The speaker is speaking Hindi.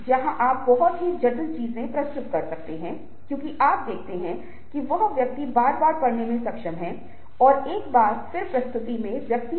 और यह बहुत महत्वपूर्ण भूमिका निभाएंगे क्योंकि समाजीकरण के कार्य में जब हम नई तकनीक का उपयोग करते हैं तो हमारे पास मल्टीमीडिया तक पहुंच होती है